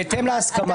בהתאם להסכמה.